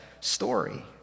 story